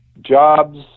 jobs